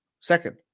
second